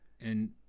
And-